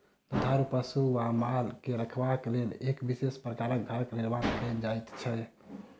दुधारू पशु वा माल के रखबाक लेल एक विशेष प्रकारक घरक निर्माण कयल जाइत छै